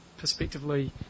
perspectively